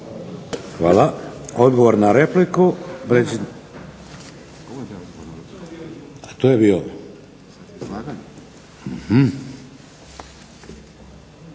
(HDZ)** Odgovor na repliku.